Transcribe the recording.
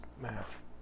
math